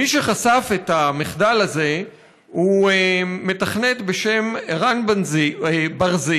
מי שחשף את המחדל הזה הוא מתכנת בשם רן ברזיק.